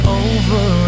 over